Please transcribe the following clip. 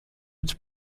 its